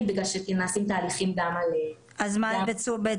כי נעשים תהליכים --- אז מה לרשום,